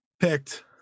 picked